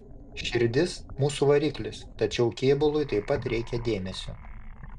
širdis mūsų variklis tačiau kėbului taip pat reikia dėmesio